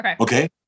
okay